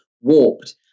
warped